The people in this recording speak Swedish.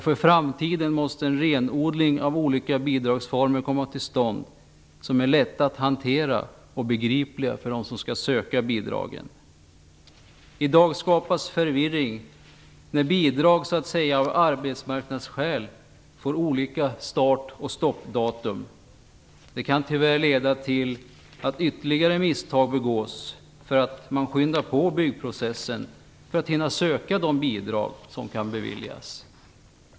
För framtiden måste en renodling av olika bidragsformer komma till stånd så att de blir lätta att hantera och begripliga för dem som skall söka bidragen. I dag skapas förvirring när bidrag av arbetsmarknadsskäl får olika start och stoppdatum. Det kan tyvärr leda till att ytterligare misstag begås. Man kanske skyndar på byggprocessen för att hinna söka de bidrag som kan beviljas.